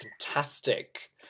fantastic